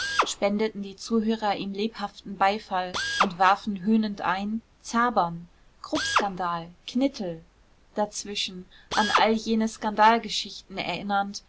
spendeten die zuhörer ihm lebhaften beifall und warfen höhnend ein zabern kruppskandal knittel dazwischen an all jene skandalgeschichten erinnernd